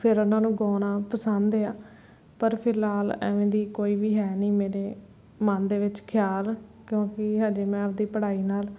ਫਿਰ ਉਹਨਾਂ ਨੂੰ ਗਾਉਣਾ ਪਸੰਦ ਆ ਪਰ ਫਿਲਹਾਲ ਇਵੇਂ ਦੀ ਕੋਈ ਵੀ ਹੈ ਨਹੀਂ ਮੇਰੇ ਮਨ ਦੇ ਵਿੱਚ ਖਿਆਲ ਕਿਉਂਕਿ ਹਜੇ ਮੈਂ ਆਪਣੀ ਪੜ੍ਹਾਈ ਨਾਲ